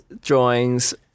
drawings